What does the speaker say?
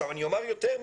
אומר יותר מזה.